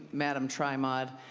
madam tri-mod.